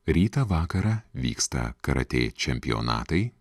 rytą vakarą vyksta karatė čempionatai